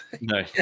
No